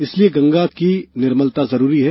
इसलिए गंगा की निर्मलता जरूरी है